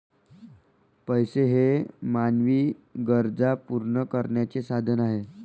पैसा हे मानवी गरजा पूर्ण करण्याचे साधन आहे